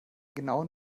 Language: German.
genauen